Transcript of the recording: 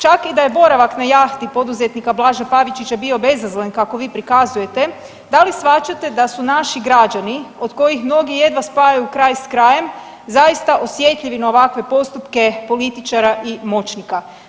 Čak i da je boravak na jahti poduzetnika Blaža Pavičića bio bezazlen kako bi prikazujete, da li shvaćate da su naši građani od kojih mnogi jedva spajaju kraj s krajem zaista osjetljivi na ovakve postupke političara i moćnika.